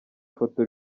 foto